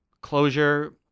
closure